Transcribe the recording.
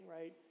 right